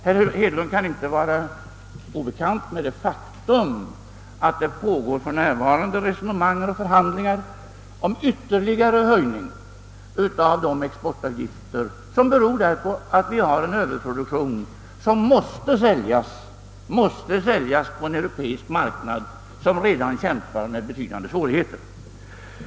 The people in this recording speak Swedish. Herr Hedlund kan inte vara obekant med det faktum, att det för närvarande pågår resonemang och förhandlingar om ytterligare höjning av de exportavgifter, som måst införas därför att vi har en överproduktion som måste säljas på en europeisk marknad, där det redan föreligger betydande svårigheter.